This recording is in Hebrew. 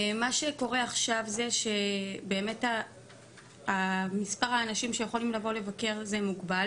מה שקורה עכשיו זה שמספר האנשים שיכולים לבוא לבקר הוא מוגבל